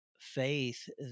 faith